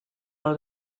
are